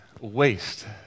waste